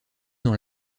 dans